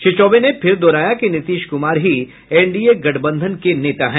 श्री चौबे ने फिर दोहराया कि नीतीश कुमार ही एनडीए गठबंधन के नेता हैं